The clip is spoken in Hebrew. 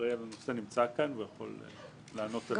שאחראי על הנושא נמצא כאן והוא יכול לענות על השאלות האלה.